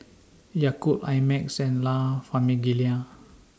Yakult I Max and La Famiglia